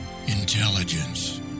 intelligence